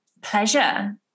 pleasure